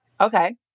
okay